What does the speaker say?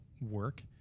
work